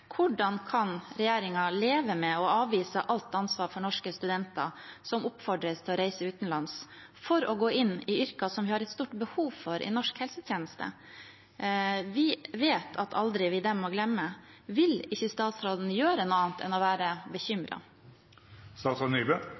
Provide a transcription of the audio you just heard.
Hvordan kan regjeringen leve med å avvise alt ansvar for norske studenter som oppfordres til å reise utenlands for å gå inn i yrker som vi har et stort behov for i norsk helsetjeneste? Vi vet at aldri vi dem må glemme. Vil ikke statsråden gjøre noe annet enn å være